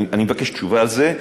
אני מבקש תשובה על זה,